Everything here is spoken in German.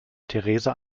theresa